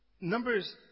Numbers